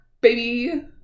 baby